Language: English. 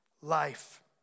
life